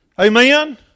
Amen